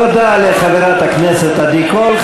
תודה לחברת הכנסת עדי קול.